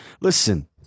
Listen